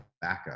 backup